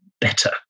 better